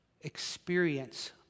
experience